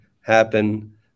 happen